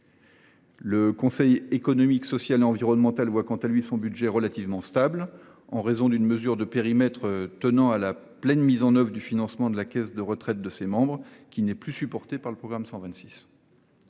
du Conseil économique, social et environnemental est quant à lui relativement stable, en raison d’une mesure de périmètre, à savoir la pleine mise en œuvre de l’évolution du financement de la caisse de retraite de ses membres, qui n’est plus supporté par le programme 126.